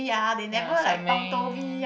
ya Xiao-Ming